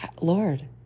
Lord